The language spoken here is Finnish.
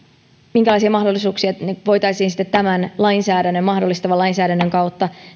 minkälaisia mahdollisuuksia voitaisiin tämän mahdollistavan lainsäädännön kautta